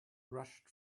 rushed